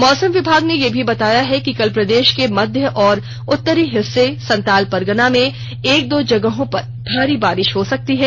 मौसम विभाग ने यह भी बताया है कि कल प्रदेश के मध्य और उत्तरी हिस्से संथाल परगना में एक दो जगहों पर भारी बारिश हो सकती है